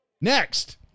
next